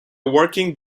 working